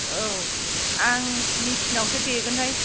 औ आं मेसिनावसो देगोनहाय